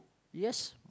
yes